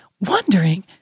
wondering